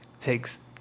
takes